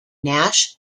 nash